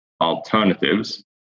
alternatives